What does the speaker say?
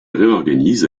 réorganise